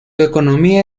economía